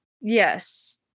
Yes